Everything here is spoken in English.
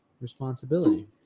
responsibility